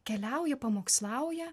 keliauja pamokslauja